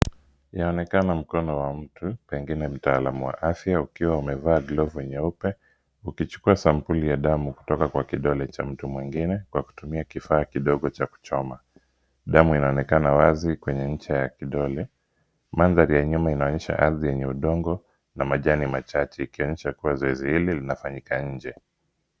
Inaonekana mkono wa mtu pengine mtaalamu wa afya, ukiwa umevaa glovu nyeupe ukichukua sampuli ya damu kutoka kwa kidole cha mtu mwingine kwa kutumia kifaa kidogo cha kuchoma. Damu inaonekana wazi kwenye ncha ya kidole. Mandhari ya nyuma inaonyesha ardhi yenye udongo na majani machache, ikionyesha kuwa zoezi hili linafanyika nje.